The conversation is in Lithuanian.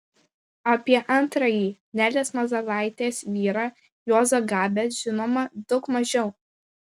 apie antrąjį nelės mazalaitės vyrą juozą gabę žinoma daug mažiau